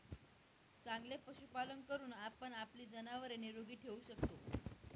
चांगले पशुपालन करून आपण आपली जनावरे निरोगी ठेवू शकतो